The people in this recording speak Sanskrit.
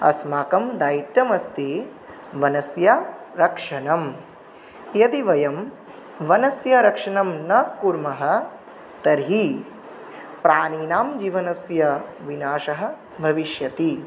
अस्माकं दायित्वमस्ति वनस्य रक्षणं यदि वयं वनस्य रक्षणं न कुर्मः तर्हि प्राणिनां जीवनस्य विनाशः भविष्यति